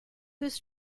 this